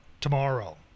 tomorrow